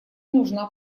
нужна